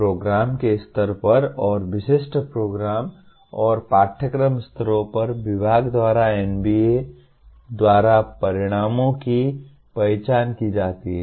programme के स्तर पर और विशिष्ट प्रोग्राम और पाठ्यक्रम स्तरों पर विभाग द्वारा NBA द्वारा परिणामों की पहचान की जाती है